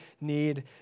need